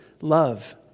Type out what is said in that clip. love